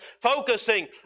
Focusing